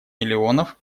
миллионов